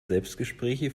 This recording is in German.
selbstgespräche